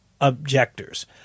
objectors